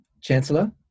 Chancellor